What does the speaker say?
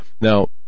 Now